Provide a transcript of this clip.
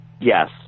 Yes